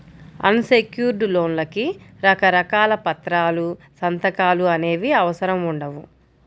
అన్ secured లోన్లకి రకరకాల పత్రాలు, సంతకాలు అనేవి అవసరం ఉండవు